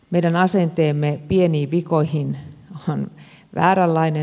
meidän asenteemme pieniin vikoihin on vääränlainen